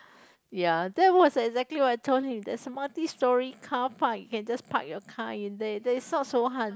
ya that was exactly what I told him there's a multi storey carpark you can just park your car in there that is not so hard